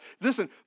Listen